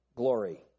glory